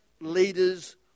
leaders